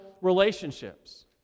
relationships